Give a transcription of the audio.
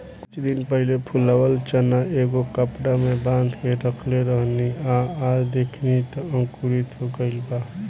कुछ दिन पहिले फुलावल चना एगो कपड़ा में बांध के रखले रहनी आ आज देखनी त अंकुरित हो गइल बा